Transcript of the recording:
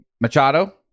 Machado